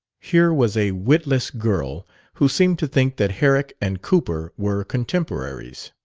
here was a witless girl who seemed to think that herrick and cowper were contemporaries.